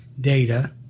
data